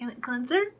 cleanser